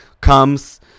comes